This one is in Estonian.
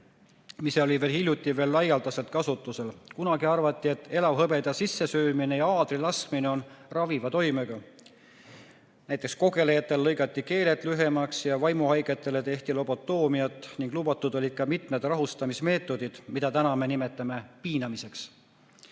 mis olid veel hiljuti laialdaselt kasutusel. Kunagi arvati, et elavhõbeda sissesöömine ja aadrilaskmine on raviva toimega. Kogelejatel lõigati keeled lühemaks ja vaimuhaigetele tehti lobotoomiat ning lubatud olid ka mitmed rahustamismeetodid, mida me nüüd nimetame piinamiseks.